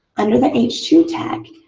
under the h two tag,